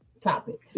topic